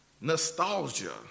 nostalgia